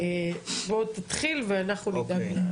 בוא תתחיל ואנחנו נדאג ל- -- אוקיי,